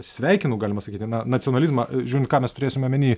sveikinu galima sakyti na nacionalizmą žiūrint ką mes turėsim omeny